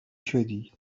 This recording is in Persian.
شدی